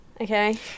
okay